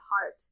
heart